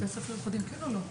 בבתי הספר הייחודיים יש או לא?